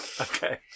Okay